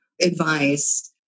advice